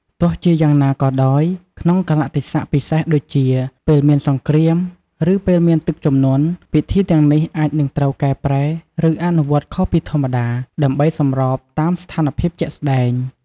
ទោះជាយ៉ាងណាក៏ដោយ ក្នុងកាលៈទេសៈពិសេសដូចជា ពេលមានសង្គ្រាម ឬ ពេលមានទឹកជំនន់ ពិធីទាំងនេះអាចនឹងត្រូវកែប្រែ ឬអនុវត្តន៍ខុសពីធម្មតា ដើម្បីសម្របតាមស្ថានភាពជាក់ស្តែង។